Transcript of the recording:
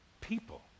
people